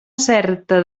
certa